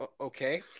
okay